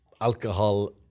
alcohol